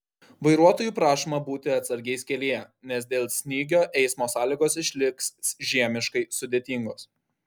vairuotojų prašoma būti atsargiais kelyje nes dėl snygio eismo sąlygos išliks žiemiškai sudėtingos